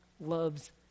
loves